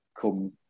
come